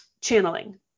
channeling